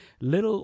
Little